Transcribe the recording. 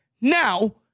Now